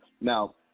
Now